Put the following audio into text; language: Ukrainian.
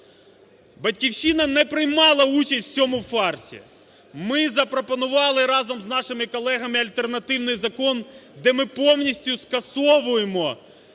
"Батьківщина" не приймала участь в цьому фарсі. Ми запропонували, разом з нашими колегами альтернативний закон, де ми повністю скасовуємо